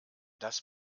das